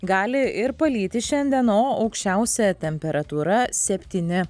gali ir palyti šiandien o aukščiausia temperatūra septyni